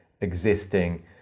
existing